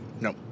No